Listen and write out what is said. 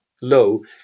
low